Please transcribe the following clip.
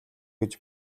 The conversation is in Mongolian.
гэж